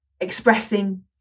expressing